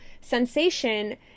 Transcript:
sensation